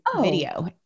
video